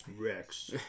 Rex